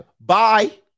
Bye